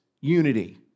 unity